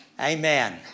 Amen